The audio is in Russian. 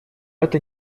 это